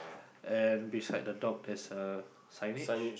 and beside the dog there's a signage